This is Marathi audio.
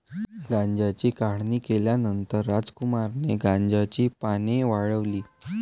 गांजाची काढणी केल्यानंतर रामकुमारने गांजाची पाने वाळवली